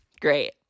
Great